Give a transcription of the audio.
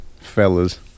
fellas